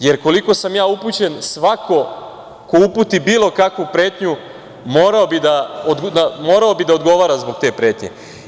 Jer, koliko sam ja upućen, svako ko uputi bilo kakvu pretnju morao bi da odgovara zbog te pretnje.